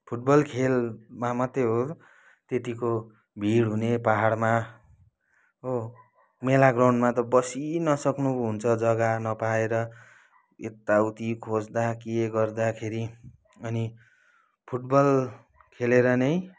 football खेलमा मात्रै हो त्यतिको भिड हुने पाहाडमा हो मेला ग्राउन्डमा त बसिनसक्नु हुन्छ जग्गा नपाएर यता उती खोज्दा के गर्दाखेरि अनि फुटबल खेलेर नै